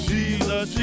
Jesus